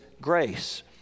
grace